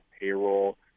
payroll